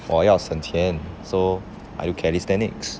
我要省钱 so I do calisthenics